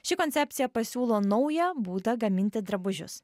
ši koncepcija pasiūlo naują būdą gaminti drabužius